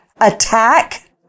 attack